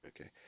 Okay